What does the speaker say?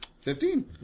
Fifteen